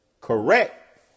Correct